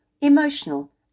emotional